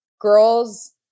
girls